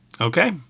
okay